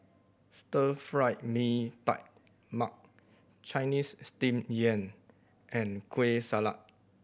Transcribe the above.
Stir Fried Mee Tai Mak Chinese Steamed Yam and Kueh Salat